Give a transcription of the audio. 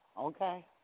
okay